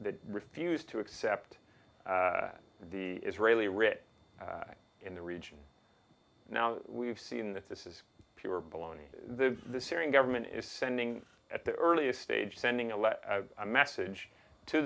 it refused to accept the israeli writ in the region now we've seen that this is pure baloney the syrian government is sending at the earliest stage sending a letter a message to